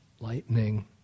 lightning